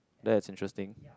that's interesting